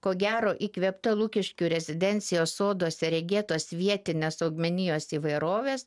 ko gero įkvėpta lukiškių rezidencijos soduose regėtos vietinės augmenijos įvairovės